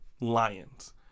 lions